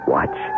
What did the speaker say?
Watch